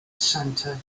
center